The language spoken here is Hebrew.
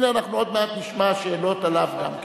והנה, אנחנו עוד מעט נשמע שאלות עליו גם כן.